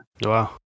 Wow